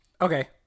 okay